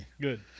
Good